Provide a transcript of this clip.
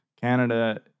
Canada